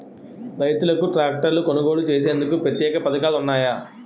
రైతులకు ట్రాక్టర్లు కొనుగోలు చేసేందుకు ప్రత్యేక పథకాలు ఉన్నాయా?